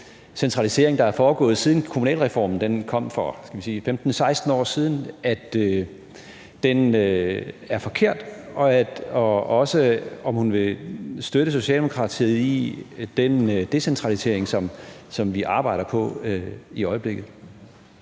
centralisering, der har foregået, siden kommunalreformen kom for, skal vi sige 15-16 år siden, er forkert. Og jeg vil også spørge, om hun vil støtte Socialdemokratiet i den decentralisering, som vi arbejder på i øjeblikket.